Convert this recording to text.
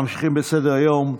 ממשיכים בסדר-היום.